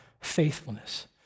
faithfulness